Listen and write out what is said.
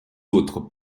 autres